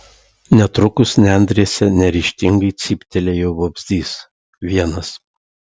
netrukus nendrėse neryžtingai cyptelėjo vabzdys vienas